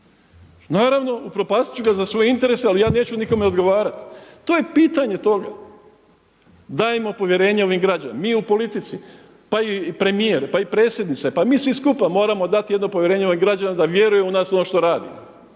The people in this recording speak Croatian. Naravno upropastiti ću ga za svoje interese ali ja neću nikome odgovarati. To je pitanje toga. Dajmo povjerenje ovim građanima. Mi u politici, pa i premijer pa i predsjednica, pa i mi svi skupa moramo dati jedno povjerenje ovim građanima da vjeruju u nas ono što radimo.